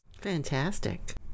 Fantastic